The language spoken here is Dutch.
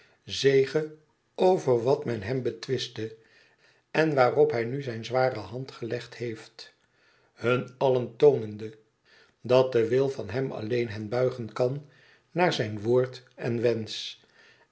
zege over wat men hem betwistte en waarop hij nu zijn zware hand gelegd heeft hun allen toonende dat de wil van hem alleen hen buigen kan naar zijn woord en wensch